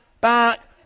Back